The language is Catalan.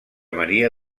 maria